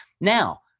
Now